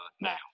now